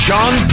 John